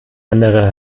andere